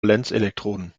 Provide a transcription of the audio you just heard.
valenzelektronen